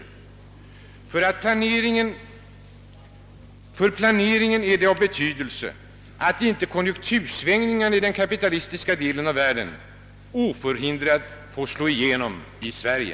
För planeringen är det av betydelse att konjunktursvängningarna i den kapitalistiska delen av världen inte oförhindrat får slå igenom i Sverige.